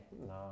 no